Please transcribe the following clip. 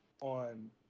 on